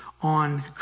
on